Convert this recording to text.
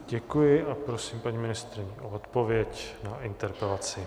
Děkuji a prosím paní ministryni o odpověď na interpelaci.